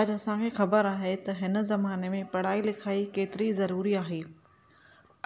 अॼु असांखे ख़बर आहे त हिन ज़माने में पढ़ाई लिखाई केतिरी ज़रूरी आहे